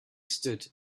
stood